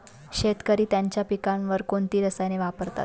शेतकरी त्यांच्या पिकांवर कोणती रसायने वापरतात?